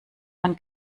man